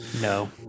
no